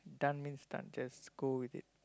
done means done just go with it